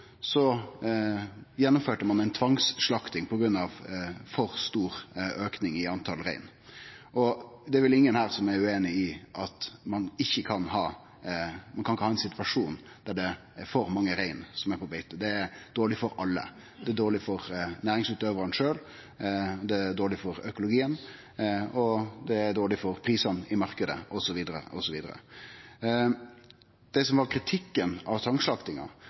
gjennomførte ein tvangsslakting på grunn av for stor auke i talet på rein. Det er vel ingen her som er ueinig i at ein ikkje kan ha ein situasjon der det er for mange rein på beite. Det er dårleg for alle. Det er dårleg for næringsutøvarane sjølve, det er dårleg for økologien, og det er dårleg for prisane i marknaden, osv. Kritikken av tvangsslaktinga var